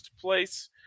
place